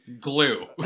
glue